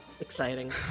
Exciting